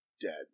dead